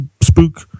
spook